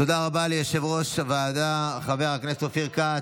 תודה רבה ליושב-ראש הוועדה חבר הכנסת אופיר כץ.